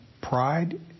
pride